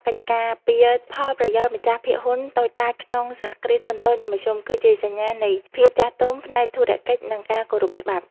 កិច្ចការពារផលប្រយោជន៍ម្ចាស់ភាគហ៊ុនតូចតាចក្នុង សហគ្រាសធុនតូច និងមធ្យម គឺជាសញ្ញាណនៃភាពចាស់ទុំផ្នែកធុរកិច្ច និងការគោរពច្បាប់។